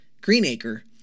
Greenacre